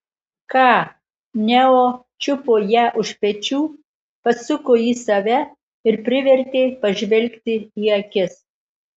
ką neo čiupo ją už pečių pasuko į save ir privertė pažvelgti į akis